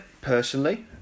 personally